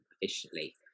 efficiently